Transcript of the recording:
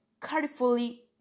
carefully